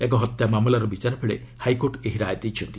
ଏକ ହତ୍ୟା ମାମଲାର ବିଚାର ବେଳେ ହାଇକୋର୍ଟ ଏହି ରାୟ ଦେଇଛନ୍ତି